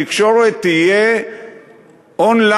התקשורת תהיה און-ליין,